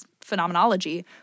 phenomenology